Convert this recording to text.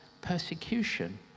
persecution